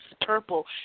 purple